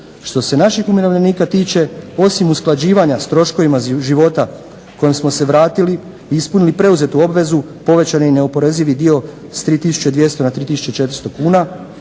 Što se naših umirovljenika tiče osim usklađivanja s troškovima života kojom smo se vratili, ispunili preuzetu obvezu, povećani neoporezivi dio s 3200 na 3400 kuna